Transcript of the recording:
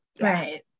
right